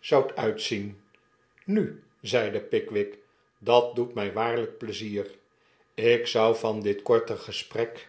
zoudt uitzien nu zeide pickwick dat doet my waarlyk pleizier ik zou van dit korte gesprek